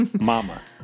Mama